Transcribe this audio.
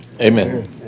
Amen